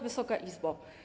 Wysoka Izbo!